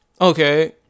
Okay